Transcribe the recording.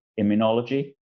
immunology